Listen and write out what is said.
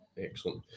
excellent